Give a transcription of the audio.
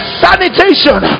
sanitation